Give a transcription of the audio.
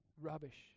rubbish